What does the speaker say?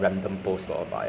just do whatever I want